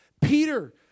Peter